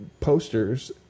posters